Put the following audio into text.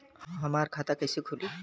हमार खाता कईसे खुली?